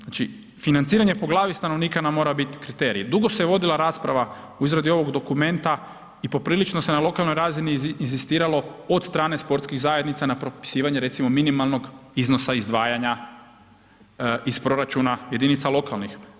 Znači, financiranje po glavi stanovnika nam mora biti kriterij, dugo se vodila rasprava u izradi ovog dokumenta i poprilično se na lokalnoj razini inzistiralo od strane sportskih zajednica na propisivanje, recimo minimalnog iznosa izdvajanja iz proračuna jedinica lokalnih.